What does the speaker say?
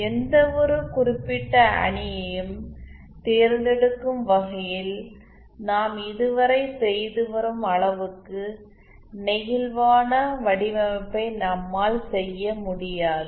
எந்தவொரு குறிப்பிட்ட அணியையும் தேர்ந்தெடுக்கும் வகையில் நாம் இதுவரை செய்து வரும் அளவுக்கு நெகிழ்வான வடிவமைப்பை நம்மால் செய்ய முடியாது